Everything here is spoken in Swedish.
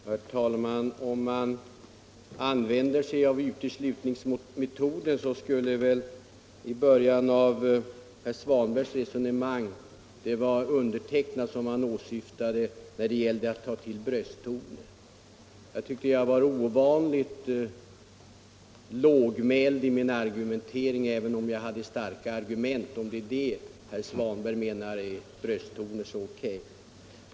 AB Pripps Bryggeri Herr talman! Om man använder sig av uteslutningsmetoden skulle er väl herr Svanbergs resonemang i början av hans anförande syfta på mig när det gällde att ta till brösttoner. Jag tycker att jag var ovanligt lågmäld i min argumentering även om jag hade starka argument. Om det är vad herr Svanberg menar med brösttoner så O.K.